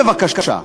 בבקשה,